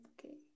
Okay